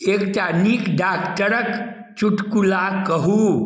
एकटा नीक डाक्टरक चुटकुला कहु